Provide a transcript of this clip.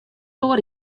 oare